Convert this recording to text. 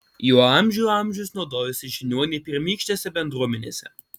juo amžių amžius naudojosi žiniuoniai pirmykštėse bendruomenėse